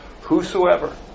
Whosoever